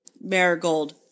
marigold